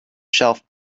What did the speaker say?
shelf